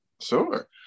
Sure